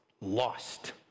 lost